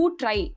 try